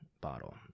bottle